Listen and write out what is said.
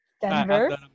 Denver